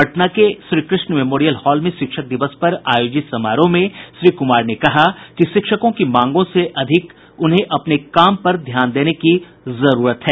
पटना के Shrikrishna memorial hall में शिक्षक दिवस पर आयोजित समारोह में श्री कुमार ने कहा कि शिक्षकों को मांगों से अधिक अपने काम पर ध्यान देने की जरूरत है